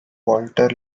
walter